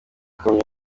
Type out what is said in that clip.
kamyo